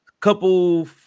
couple